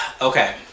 Okay